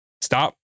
stop